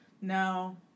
No